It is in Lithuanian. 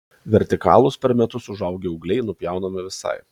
vertikalūs per metus užaugę ūgliai nupjaunami visai